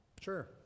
Sure